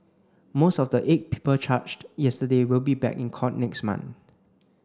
most of the eight people charged yesterday will be back in court next month